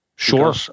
Sure